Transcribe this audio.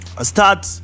start